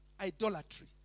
idolatry